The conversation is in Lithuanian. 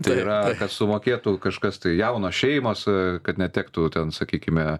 tai yra sumokėtų kažkas tai jaunos šeimos kad netektų ten sakykime